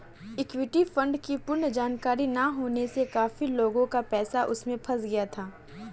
equity fund की पूर्ण जानकारी ना होने से काफी लोगों का पैसा उसमें फंस गया था